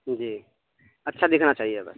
جی اچھا دکھنا چاہیے بھس